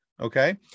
Okay